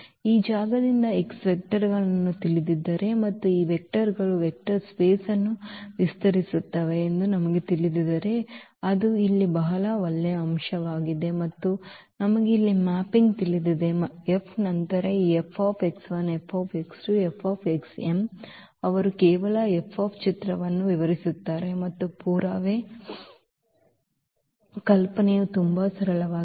ಈ ಜಾಗದಿಂದ x ವೆಕ್ಟರ್ಗಳನ್ನು ತಿಳಿದಿದ್ದರೆ ಮತ್ತು ಈ ವೆಕ್ಟರ್ಗಳು ವೆಕ್ಟರ್ ಸ್ಪೇಸ್ ಅನ್ನು ವಿಸ್ತರಿಸುತ್ತವೆ ಎಂದು ನಮಗೆ ತಿಳಿದಿದ್ದರೆ ಅದು ಇಲ್ಲಿ ಬಹಳ ಒಳ್ಳೆಯ ಅಂಶವಾಗಿದೆ ಮತ್ತು ನಮಗೆ ಇಲ್ಲಿ ಮ್ಯಾಪಿಂಗ್ ತಿಳಿದಿದೆ F ನಂತರ ಈ ಅವರು ಕೇವಲ F ಚಿತ್ರವನ್ನು ವಿಸ್ತರಿಸುತ್ತಾರೆ ಮತ್ತು ಪುರಾವೆ ಕಲ್ಪನೆಯು ತುಂಬಾ ಸರಳವಾಗಿದೆ